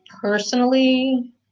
personally